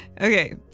okay